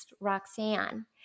Roxanne